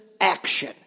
action